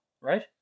Right